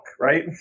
right